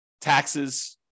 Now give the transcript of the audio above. taxes